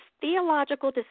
theological